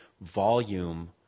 volume